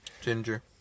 ginger